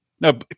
No